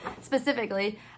specifically